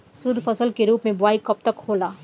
शुद्धफसल के रूप में बुआई कब तक होला?